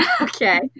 Okay